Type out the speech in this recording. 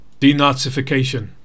Denazification